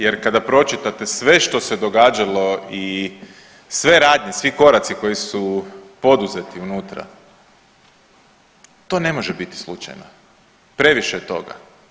Jer kada pročitate sve što se događalo i sve radnje, svi koraci koji su poduzeti unutra to ne može biti slučajno, previše je toga.